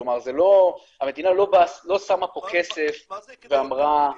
כלומר המדינה לא שמה פה כסף ואמרה --- מה זה כדאיות כלכלית?